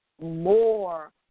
more